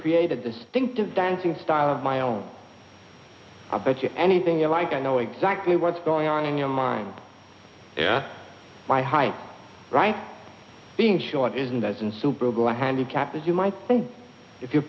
create a distinctive dancing style of my own i bet you anything you like i know exactly what's going on in your mind yeah my height right being short isn't as insuperable a handicap as you might think if your